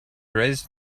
raised